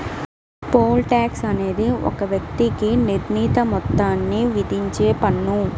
pole tax అనేది ఒక వ్యక్తికి నిర్ణీత మొత్తాన్ని విధించే పన్ను